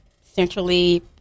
centrally